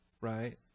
right